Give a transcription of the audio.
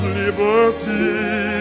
liberty